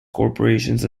corporations